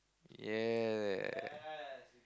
ya